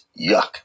yuck